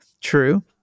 True